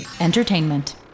Entertainment